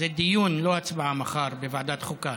זה דיון, לא הצבעה, מחר בוועדת החוקה.